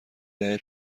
دهه